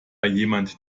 jemand